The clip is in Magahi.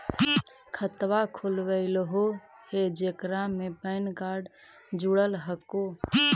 खातवा खोलवैलहो हे जेकरा मे पैन कार्ड जोड़ल हको?